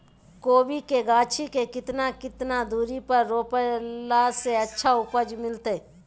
कोबी के गाछी के कितना कितना दूरी पर रोपला से अच्छा उपज मिलतैय?